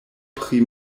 pri